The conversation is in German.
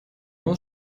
aus